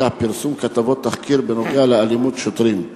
פרסום כתבות תחקיר בנוגע לאלימות שוטרים.